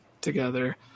together